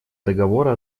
договора